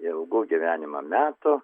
ilgų gyvenimo metų